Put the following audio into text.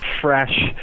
fresh